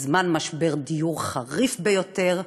בזמן משבר דיור חריף ביותר,